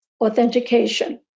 authentication